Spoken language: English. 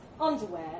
underwear